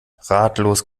ratlos